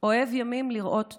אהב ימים לראות טוב.